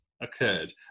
occurred